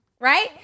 Right